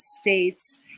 states